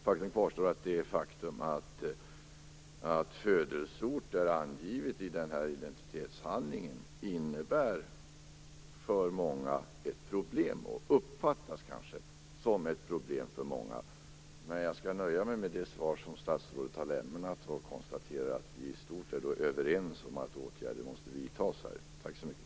Faktum kvarstår att angivandet av födelseort i denna identitetshandling innebär för många ett problem och uppfattas av många som ett problem. Men jag nöjer mig med det svar som statsrådet har lämnat. Jag konstaterar att vi i stort är överens om att åtgärder måste vidtas. Tack så mycket.